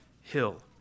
hill